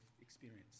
experience